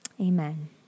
Amen